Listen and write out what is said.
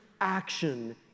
action